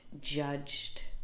judged